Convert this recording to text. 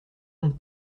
honte